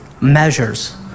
measures